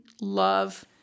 love